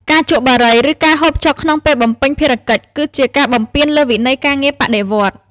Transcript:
ការជក់បារី ឬការហូបចុកក្នុងពេលបំពេញភារកិច្ច គឺជាការបំពានលើវិន័យការងារបដិវត្តន៍។